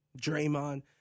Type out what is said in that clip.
Draymond